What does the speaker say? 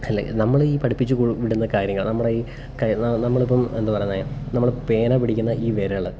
അല്ലേ നമ്മളീ പഠിപ്പിച്ചു കൂ വിടുന്ന കാര്യങ്ങൾ നമ്മളെ ഈ നമ്മളിപ്പം എന്താ പറയുന്നത് നമ്മൾ പേന പിടിക്കുന്ന ഈ വിരൽ